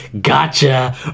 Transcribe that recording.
gotcha